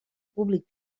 públic